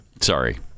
sorry